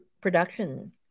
production